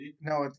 No